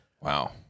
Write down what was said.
Wow